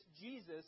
Jesus